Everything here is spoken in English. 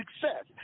success